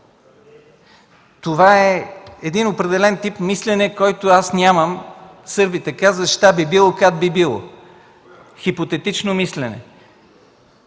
Това е един определен тип мислене, който аз нямам. Сърбите казват: „Ща би било – как би било” – хипотетично мислене.